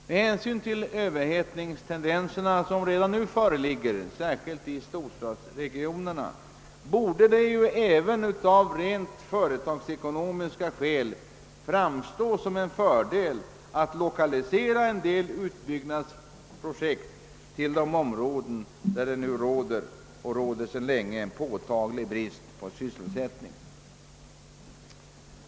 Med hänsyn till de överhettningstendenser som redan nu föreligger särskilt i storstadsregionerna borde det även av rent företagsekonomiska skäl framstå som en fördel att lokalisera en del utbyggnadsprojekt till de områden, där det nu råder och sedan länge rått en påtaglig brist på sysselsättning.